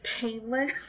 painless